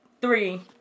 three